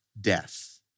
death